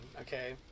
okay